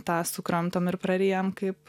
tą sukramtom ir praryjam kaip